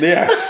Yes